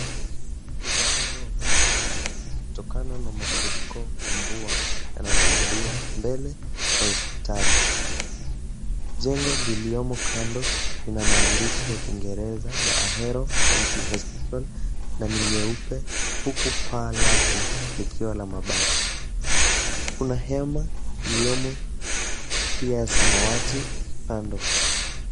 Mwonekano wa maji mwengi kutokana na mafuriko ya mvua yanashuhudiwa mbele ya hospitali. Jengo liliomo kando ina maandishi ya kiingereza ya Ahero County Hospital na ni nyeupe huku paa lake likiwa la mabati. Kuna hema iliomo pia samawati kando.